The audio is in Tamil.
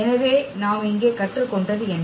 எனவே நாம் இங்கே கற்றுக்கொண்டது என்ன